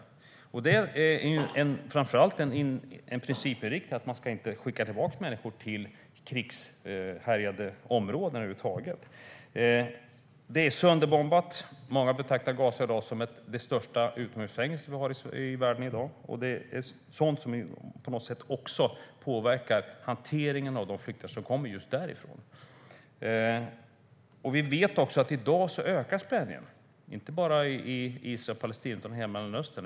Det handlar framför allt om en principinriktning att man inte ska skicka tillbaka människor till krigshärjade områden. Gaza är sönderbombat. Många betraktar i dag Gaza som det största utomhusfängelset i världen. Sådant måste få påverka hanteringen av de flyktingar som kommer just därifrån. Vi vet att spänningarna ökar i dag, inte bara när det gäller Israel och Palestina utan i hela Mellanöstern.